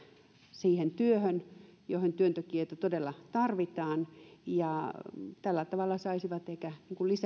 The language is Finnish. siihen työhön johon työntekijöitä todella tarvitaan ja tällä tavalla saisivat ehkä